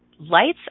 Lights